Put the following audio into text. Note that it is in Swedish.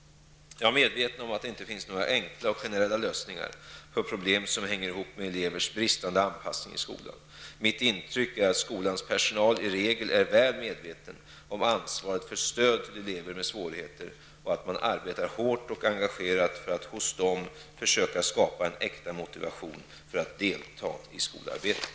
Jag är medveten om att det inte finns några enkla och generella lösningar på problem som hänger ihop med elevers bristande anpassning i skolan. Mitt intryck är att skolans personal i regel är väl medveten om ansvaret för stöd till elever med svårigheter och att man arbetar hårt och engagerat för att hos dem försöka skapa en äkta motivation för att delta i skolarbetet.